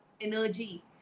energy